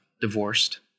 divorced